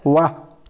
वा